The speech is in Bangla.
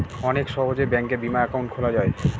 অনেক সহজে ব্যাঙ্কে বিমা একাউন্ট খোলা যায়